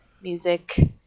music